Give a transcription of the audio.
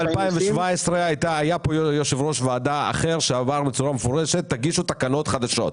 ב-2017 היה פה יושב-ראש ועדה אחר שאמר בצורה מפורשת שתגישו תקנות חדשות.